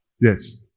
Yes